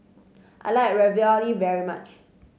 I like Ravioli very much